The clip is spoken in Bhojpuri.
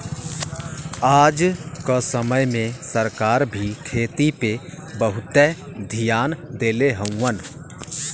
आज क समय में सरकार भी खेती पे बहुते धियान देले हउवन